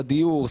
בדיור,